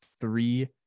three